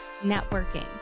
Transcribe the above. Networking